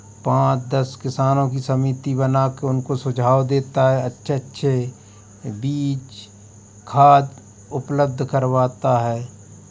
पाँच दस किसानों की समिति बना के उनको सुझाव देता है अच्छे अच्छे बीज खाद उपलब्ध करवाता है